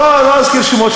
אני לא אזכיר שמות,